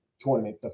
Tournament